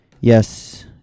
Yes